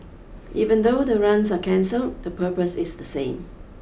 even though the runs are cancel the purpose is the same